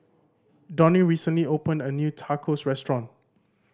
Donnie recently opened a new Tacos Restaurant